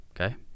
Okay